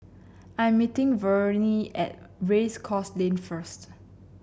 I am meeting Verne at Race Course Lane first